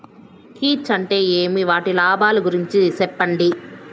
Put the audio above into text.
కీచ్ అంటే ఏమి? వాటి లాభాలు గురించి సెప్పండి?